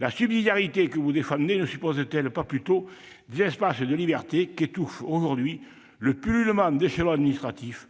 La subsidiarité que vous défendez ne suppose-t-elle pas plutôt des espaces de liberté qu'étouffent aujourd'hui le pullulement d'échelons administratifs,